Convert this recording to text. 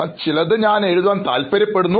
എന്നാൽ ചിലത് ഞാൻ എഴുതാൻ താല്പര്യപ്പെടുന്നു